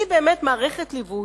היא באמת מערכת ליווי.